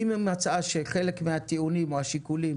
אם היא מצאה שחלק מהטיעונים או השיקולים